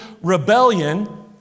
rebellion